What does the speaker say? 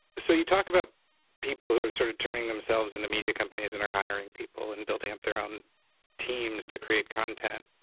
so you talk about people who are sort of turning themselves into media companies and are hiring people and building up their own teams to create content.